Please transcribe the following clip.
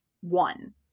one